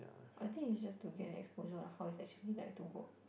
I think it's just to gain exposure on how it's actually like to work